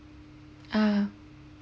ah